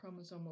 chromosomal